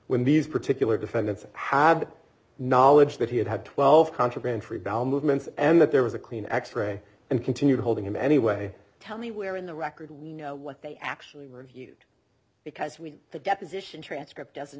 when these particular defendants have knowledge that he had had twelve contraband free bell movements and that there was a clean x ray and continued holding him anyway tell me where in the record what they actually reviewed because with the deposition transcript doesn't